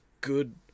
good